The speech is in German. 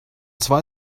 zwei